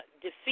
defeat